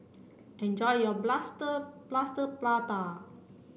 enjoy your Plaster Plaster Prata